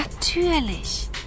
natürlich